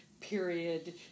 period